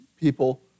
people